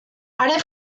haren